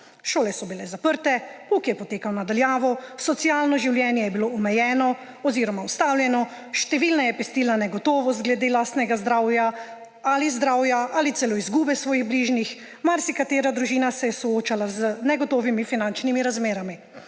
Šole so bile zaprte, pouk je potekal na daljavo, socialno življenje je bilo omejeno oziroma ustavljeno, številne je pestila negotovost glede lastnega zdravja, ali zdravja ali celo izgube svojih bližnjih, marsikatera družina se je soočala z negotovimi finančnimi razmerami.